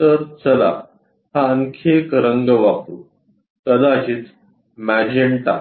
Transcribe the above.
तर चला हा आणखी एक रंग वापरू कदाचित मॅजेन्टा